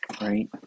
right